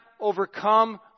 overcome